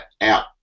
out